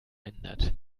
ändert